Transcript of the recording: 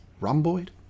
Rhomboid